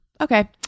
Okay